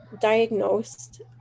diagnosed